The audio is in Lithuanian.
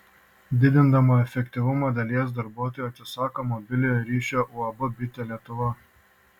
didindama efektyvumą dalies darbuotojų atsisako mobiliojo ryšio uab bitė lietuva